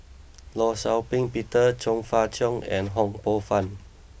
Law Shau Ping Peter Chong Fah Cheong and Ho Poh Fun